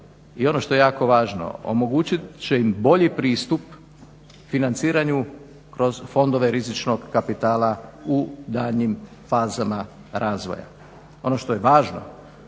I ono što je jako važno omogućit će im bolji pristup financiranju kroz fondove rizičnog kapitala u daljnjim fazama razvoja. Ono što je važno